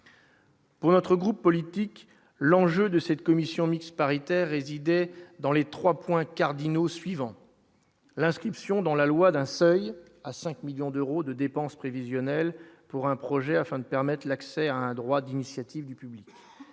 Pour notre groupe politique, l'enjeu de cette commission mixte paritaire résidait dans les 3 points cardinaux suivant l'inscription dans la loi d'un seuil à 5 millions d'euros de dépenses prévisionnelles pour un projet afin de permettre l'accès à un droit d'initiative du public